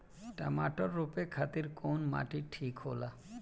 टमाटर रोपे खातीर कउन माटी ठीक होला?